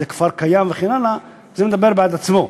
זה כפר קיים וכן הלאה, זה מדבר בעד עצמו.